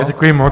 Děkuji moc.